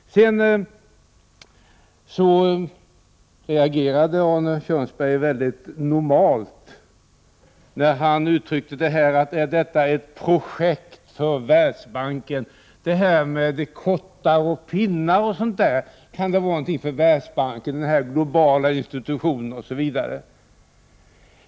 Arne Kjörnsberg reagerade väldigt normalt när han undrade om detta verkligen är ett projekt för Världsbanken. Kan kottar och pinnar vara någonting för Världsbanken, denna globala institution?